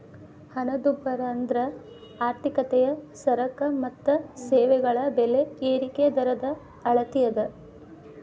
ಹಣದುಬ್ಬರ ಅಂದ್ರ ಆರ್ಥಿಕತೆಯ ಸರಕ ಮತ್ತ ಸೇವೆಗಳ ಬೆಲೆ ಏರಿಕಿ ದರದ ಅಳತಿ ಅದ